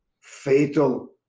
fatal